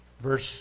verse